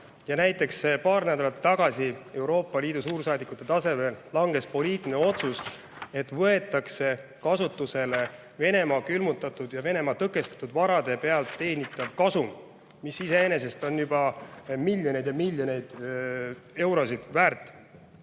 tõsiselt. Paar nädalat tagasi langetati Euroopa Liidu suursaadikute tasemel poliitiline otsus, et võetakse kasutusele Venemaa külmutatud ja tõkestatud varade pealt teenitav kasum, mis iseenesest on juba miljoneid ja miljoneid eurosid väärt.